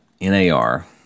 NAR